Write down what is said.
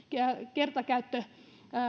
kertakäyttötalous